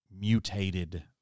mutated